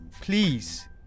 please